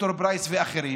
ד"ר פרייס ואחרים